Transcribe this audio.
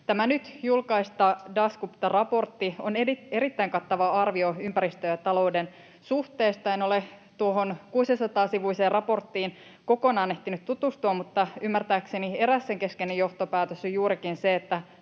Tämä nyt julkaistu Dasguptan raportti on erittäin kattava arvio ympäristön ja talouden suhteesta. En ole tuohon 600-sivuiseen raporttiin kokonaan ehtinyt tutustua, mutta ymmärtääkseni eräs sen keskeinen johtopäätös on juurikin se,